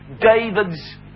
David's